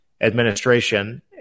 administration